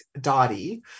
Dottie